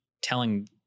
telling